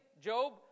Job